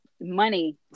money